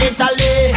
Italy